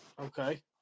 Okay